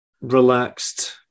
relaxed